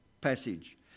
passage